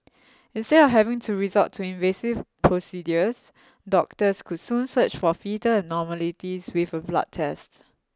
instead of having to resort to invasive procedures doctors could soon search for foetal abnormalities with a blood test